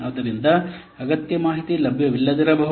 ಆದ್ದರಿಂದ ಅಗತ್ಯ ಮಾಹಿತಿ ಲಭ್ಯವಿಲ್ಲದಿರಬಹುದು